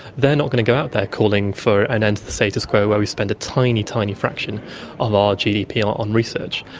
not going to go out there calling for an end to the status quo where we spend a tiny, tiny fraction of our gdp on research.